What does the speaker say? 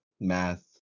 math